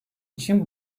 için